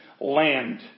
land